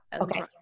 Okay